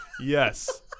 Yes